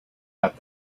got